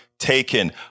Taken